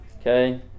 okay